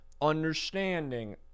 understanding